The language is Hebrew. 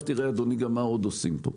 עכשיו, מה עוד עושים פה?